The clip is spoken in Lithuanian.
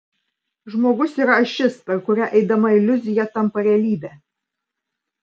žmogus yra ašis per kurią eidama iliuzija tampa realybe